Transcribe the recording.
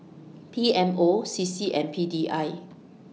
P M O C C and P D I